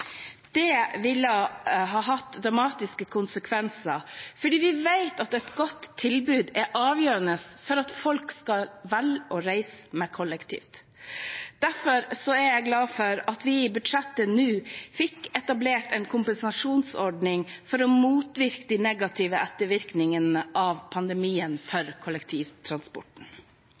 Det ville ha hatt dramatiske konsekvenser, for vi vet at et godt tilbud er avgjørende for at folk skal velge å reise med kollektivtransport. Derfor er jeg glad for at vi i budsjettet nå fikk etablert en kompensasjonsordning for å motvirke de negative ettervirkningene av pandemien for kollektivtransporten.